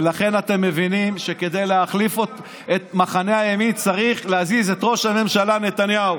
אתם מבינים שכדי להחליף את מחנה הימין צריך להזיז את ראש הממשלה נתניהו.